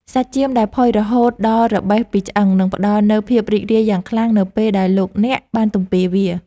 សាច់ចៀមដែលផុយរហូតដល់របេះពីឆ្អឹងនឹងផ្តល់នូវភាពរីករាយយ៉ាងខ្លាំងនៅពេលដែលលោកអ្នកបានទំពារវា។